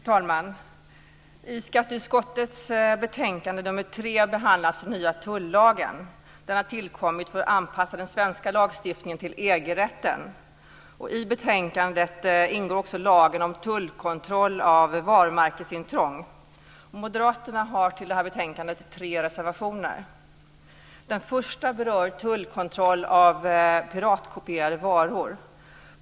Fru talman! I skatteutskottets betänkande nr 3 behandlas nya tullagen. Den har tillkommit för att anpassa den svenska lagstiftningen till EG-rätten. I betänkandet ingår också lagen om tullkontroll av varumärkesintrång. Moderaterna har till detta betänkande fogat tre reservationer. Den första berör tullkontroll av piratkopierade varor.